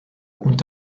und